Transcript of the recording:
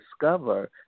discover